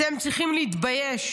אתם צריכים להתבייש.